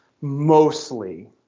Mostly